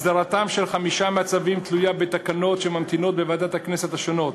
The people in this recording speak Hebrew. הסדרתם של חמישה מהצווים תלויה בתקנות שממתינות בוועדות הכנסת השונות.